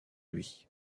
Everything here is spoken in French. lui